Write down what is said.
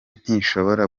ntishobora